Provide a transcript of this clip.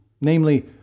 namely